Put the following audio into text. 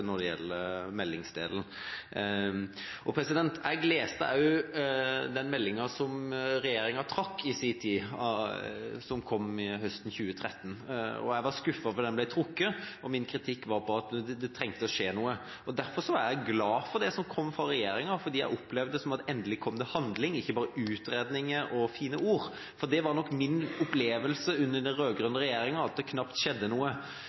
når det gjelder meldingsdelen. Jeg har også lest den meldinga – som regjeringa i sin tid trakk – som kom høsten 2013. Jeg ble skuffet over at den ble trukket, og min kritikk gikk på at det trengte å skje noe. Derfor var jeg glad for det som kom fra regjeringa, for jeg opplevde det som at det endelig ble handling, ikke bare utredninger og fine ord, for min opplevelse under den rød-grønne regjeringa var nok at det knapt skjedde noe.